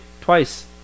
Twice